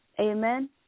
Amen